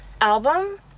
album